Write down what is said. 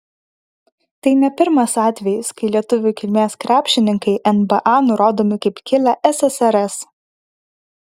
tai ne pirmas atvejis kai lietuvių kilmės krepšininkai nba nurodomi kaip kilę ssrs